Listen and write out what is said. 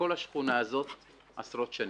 בכל השכונה הזאת במשך עשרות שנים.